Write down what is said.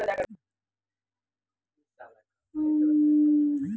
angora जाति के बकरी के रेशमी केश के मोहैर कहल जाइत अछि